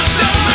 Stop